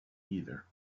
either